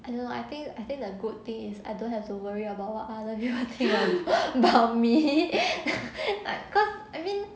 I don't know I think I think the good thing is I don't have to worry about what other people think about me cause I mean